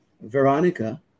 Veronica